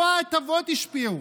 לא ההטבות השפיעו,